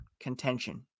contention